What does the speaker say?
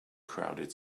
crowded